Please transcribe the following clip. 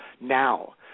now